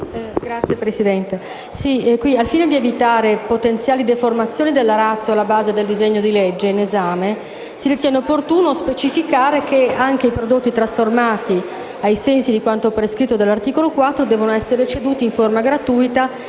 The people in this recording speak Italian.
Signor Presidente, al fine di evitare potenziali deformazioni della *ratio* alla base del disegno di legge in esame, nell'emendamento 4.200 si ritiene opportuno specificare che anche i prodotti trasformati, ai sensi di quanto prescritto dell'articolo 4, devono essere ceduti in forma gratuita